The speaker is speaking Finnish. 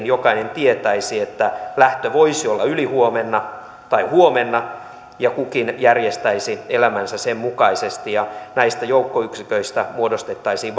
jokainen tietäisi että lähtö voisi olla ylihuomenna tai huomenna ja kukin järjestäisi elämänsä sen mukaisesti näistä joukkoyksiköistä muodostettaisiin